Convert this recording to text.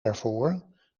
ervoor